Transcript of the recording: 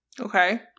Okay